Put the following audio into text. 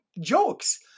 jokes